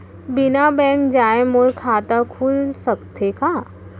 बिना बैंक जाए मोर खाता खुल सकथे का?